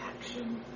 Action